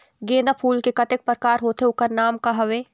गेंदा फूल के कतेक प्रकार होथे ओकर नाम का हवे?